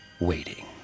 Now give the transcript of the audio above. waiting